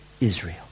Israel